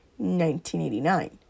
1989